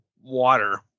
water